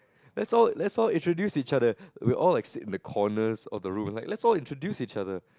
let's all let's all introduce each other we all like sit in the corners of the room let's all introduce each other